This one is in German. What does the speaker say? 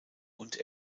und